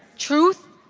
truth.